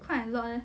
quite a lot eh